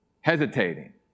Hesitating